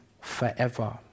forever